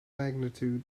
magnitude